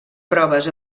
proves